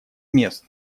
мест